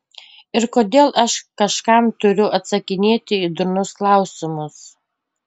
ir kodėl aš kažkam turiu atsakinėti į durnus klausimus